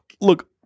look